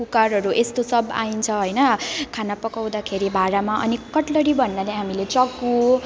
कुकरहरू यस्तो सब आउँछ होइन खाना पकाउँदाखेरि भाँडामा अनि कटलरी भन्नाले हामीले चक्कु